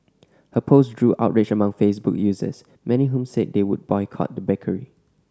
her post drew outrage among Facebook users many whom said they would boycott the bakery